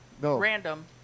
random